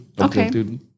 Okay